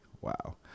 Wow